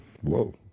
Whoa